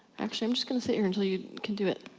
actually i'm just gonna sit here until you can do it.